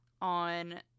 on